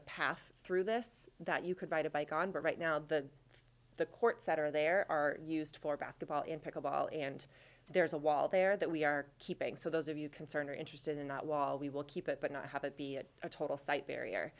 a path through this that you could ride a bike on but right now the the courts that are there are used for basketball in pick a ball and there is a wall there that we are keeping so those of you concerned are interested in that wall we will keep it but not have it be a total site barrier